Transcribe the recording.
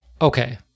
okay